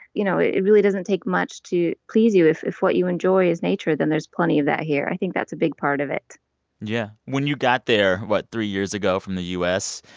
you know, it really doesn't take much to please you. if if what you enjoy is nature, then there's plenty of that here. i think that's a big part of it yeah. when you got there what? about three years ago from the u s,